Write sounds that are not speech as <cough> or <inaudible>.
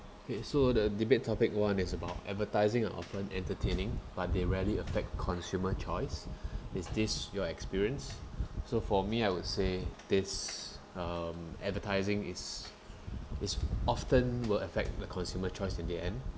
okay so the debate topic one is about advertising are often entertaining but they rarely affect consumer choice <breath> is this your experience so for me I would say this um advertising is is often will affect the consumer choice in the end